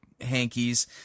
hankies